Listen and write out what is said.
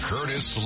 Curtis